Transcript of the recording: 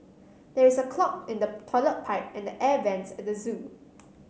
there is a clog in the toilet pipe and the air vents at the zoo